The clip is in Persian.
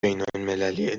بینالمللی